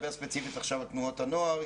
יכול